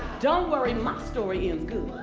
don't worry, my story is good.